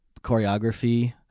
choreography